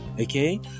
Okay